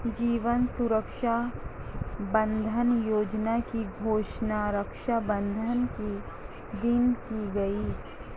जीवन सुरक्षा बंधन योजना की घोषणा रक्षाबंधन के दिन की गई